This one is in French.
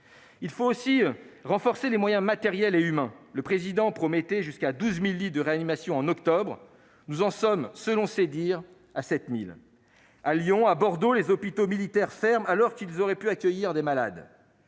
Il faut aussi renforcer les moyens matériels et humains. Le Président de la République promettait jusqu'à 12 000 lits de réanimation en octobre, nous en sommes, selon ses dires, à 7 000. À Lyon, à Bordeaux, les hôpitaux militaires ferment alors qu'ils auraient pu accueillir des malades.